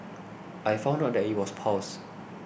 I found out that it was piles